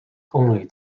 only